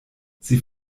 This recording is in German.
sie